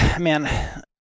man